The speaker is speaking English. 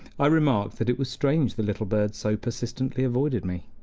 i remarked that it was strange the little birds so persistently avoided me.